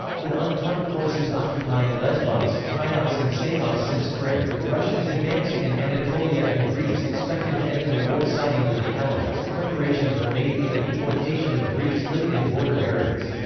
with entente forces occupying lesbos, chios and samos since spring, the russians advancing in anatolia and greece expected to enter the war siding with the allies, preparations were made for the deportation of greeks living in border areas.